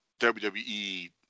WWE